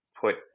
put